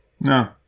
No